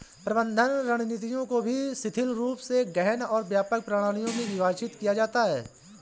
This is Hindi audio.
प्रबंधन रणनीतियों को भी शिथिल रूप से गहन और व्यापक प्रणालियों में विभाजित किया जाता है